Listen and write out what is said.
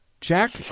Jack